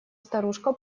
старушка